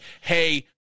hey